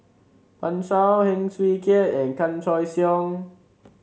Pan Shou Heng Swee Keat and Chan Choy Siong